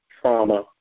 trauma